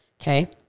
okay